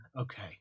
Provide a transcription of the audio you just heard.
Okay